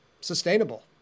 sustainable